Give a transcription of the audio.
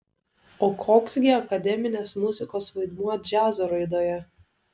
o koks gi akademinės muzikos vaidmuo džiazo raidoje